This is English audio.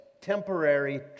temporary